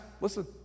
Listen